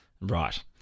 Right